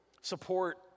support